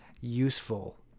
useful